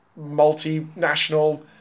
multinational